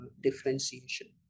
differentiation